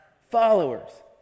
followers